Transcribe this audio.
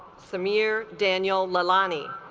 samir daniel lolani